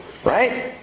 Right